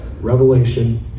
revelation